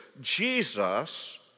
Jesus